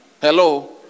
Hello